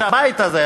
שהבית הזה,